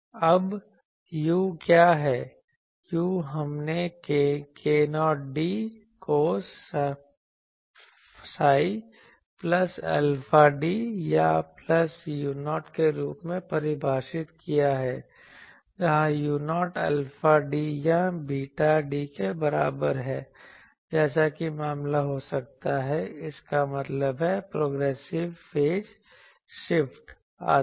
अब u क्या है u हमने k0d cos psi plus alpha d या प्लस u0 के रूप में परिभाषित किया है जहाँ u0 अल्फा d या बीटा d के बराबर है जैसा कि मामला हो सकता है इसका मतलब है प्रोग्रेसिव फेज शिफ्ट आदि